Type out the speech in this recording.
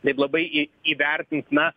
taip labai į įvertins na